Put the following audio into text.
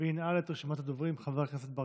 וינעל את רשימת הדוברים, חבר הכנסת ברקת.